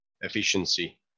efficiency